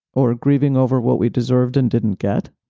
or grieving over what we deserved and didn't get,